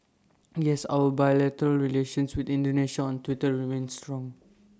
yes our bilateral relations with Indonesia on Twitter remains strong